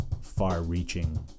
far-reaching